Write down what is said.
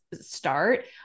start